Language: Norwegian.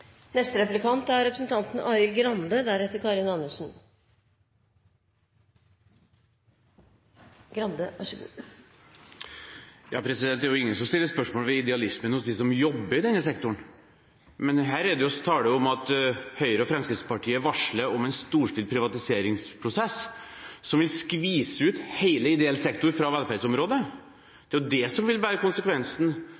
Det er ingen som stiller spørsmål ved idealismen hos dem som jobber i denne sektoren. Men her er det tale om at Høyre og Fremskrittspartiet varsler en storstilt privatiseringsprosess, som vil skvise ut hele ideell sektor fra velferdsområdet.